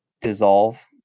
dissolve